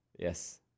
Yes